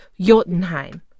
Jotunheim